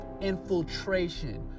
infiltration